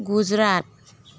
Gujarat